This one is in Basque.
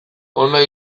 hona